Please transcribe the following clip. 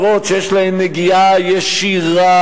אתם רוצים להישאר אזרחי ישראל,